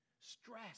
stress